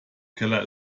keller